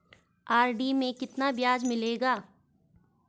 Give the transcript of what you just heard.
RD में कितना ब्याज मिलेगा?